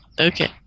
Okay